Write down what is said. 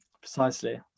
Precisely